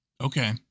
Okay